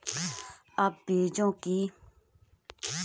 हम बीजों को ऑनलाइन कैसे खरीद सकते हैं?